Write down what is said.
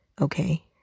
Okay